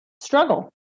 struggle